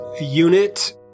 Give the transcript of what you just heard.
unit